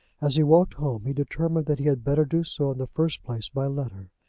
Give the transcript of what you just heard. as he walked home he determined that he had better do so in the first place by letter,